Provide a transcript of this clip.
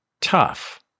tough